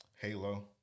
Halo